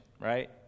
right